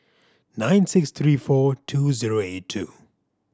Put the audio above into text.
nine six three four two zero eight two